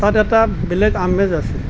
তাত এটা বেলেগ আমেজ আছে